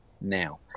now